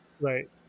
right